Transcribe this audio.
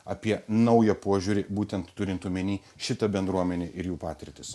apie naują požiūrį būtent turint omeny šitą bendruomenę ir jų patirtis